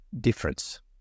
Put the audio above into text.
difference